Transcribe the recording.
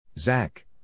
Zach